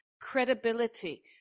credibility